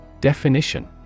Definition